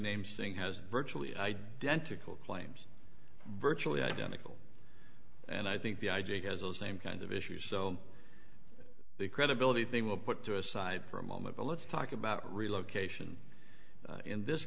named singh has virtually identical claims virtually identical and i think the i g has those same kinds of issues so the credibility if they will put to a side for a moment but let's talk about relocation in this